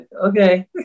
Okay